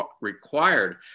required